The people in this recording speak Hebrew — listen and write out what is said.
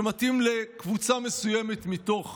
שמתאים לקבוצה מסוימת מתוך